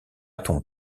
ton